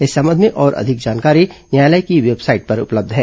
इस संबंध में और अधिक जानकारी न्यायालय की वेबसाइट पर उपलब्ध है